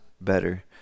better